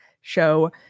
show